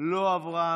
לא עברה.